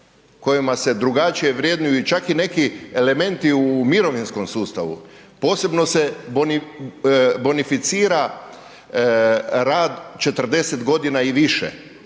kojima se drugačije vrednuju i čak i neki elementi u mirovinskom sustavu, posebno se bonificira rad 40 g. i više,